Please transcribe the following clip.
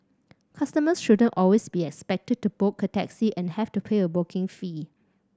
customers shouldn't always be expected to book a taxi and have to pay a booking fee